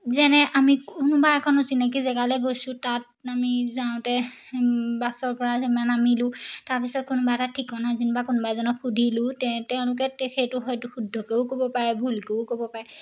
যেনে আমি কোনোবা এখন অচিনাকী জেগালে গৈছোঁ তাত আমি যাওঁতে বাছৰ পৰা যেনিবা নামিলোঁ তাৰপিছত কোনোবা এটা ঠিকনা যেনিবা কোনোবা এজনক সুধিলোঁ তে তেওঁলোকে সেইটো হয়তো শুদ্ধকেও ক'ব পাৰে ভুলকেও ক'ব পাৰে